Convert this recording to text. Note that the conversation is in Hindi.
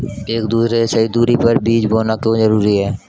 एक दूसरे से सही दूरी पर बीज बोना क्यों जरूरी है?